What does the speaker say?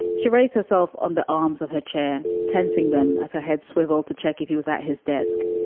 she raised herself on the arms of her chair, tensing them as her head swivel to check if he was at his desk.